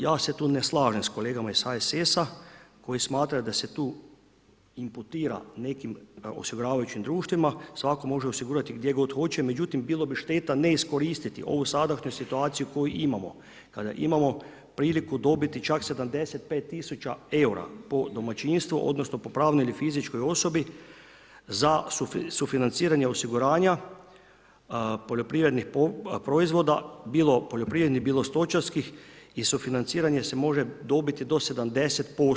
Ja se tu ne slažem s kolegama iz HSS-a koji smatraju da se tu imputira nekim osiguravajućim društvima, svako može osigurati gdje god hoće, međutim bilo bi šteta ne iskoristiti ovu sadašnju situaciju koju imamo kada imamo priliku dobiti čak 75 000 eura po domaćinstvu odnosno po pravnoj i fizičkoj osobi za sufinanciranje osiguranja poljoprivrednih proizvoda, bilo poljoprivrednih bilo stočarskih i sufinanciranje se može dobiti do 70%